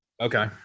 Okay